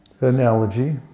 analogy